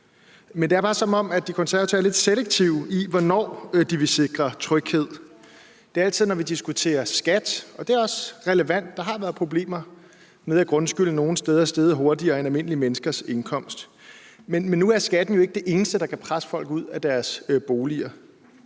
Men det er bare, som om De Konservative er lidt selektive med, hvornår de vil sikre tryghed. Det er altid, når vi diskuterer skat, og det er også relevant. Der har været problemer med, at grundskylden nogle steder er steget hurtigere end almindelige menneskers indkomst. Men nu er skatten jo ikke det eneste, der kan presse folk ud af deres bolig.